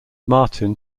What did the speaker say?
martin